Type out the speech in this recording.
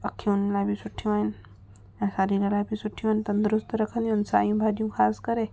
अखियुनि लाइ बि सुठियूं आहिनि ऐं शरीर लाइ बि सुठियूं आहिनि तंदुरुस्तु रखंदियूं आहिनि सायूं भाॼियूं ख़ासि करे